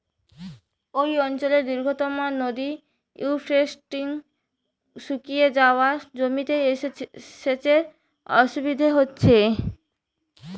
এই অঞ্চলের দীর্ঘতম নদী ইউফ্রেটিস শুকিয়ে যাওয়ায় জমিতে সেচের অসুবিধে হচ্ছে